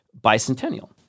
Bicentennial